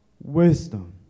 wisdom